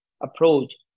approach